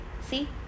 see